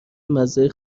مزه